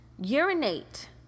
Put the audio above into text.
urinate